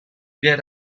get